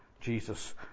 Jesus